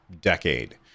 decade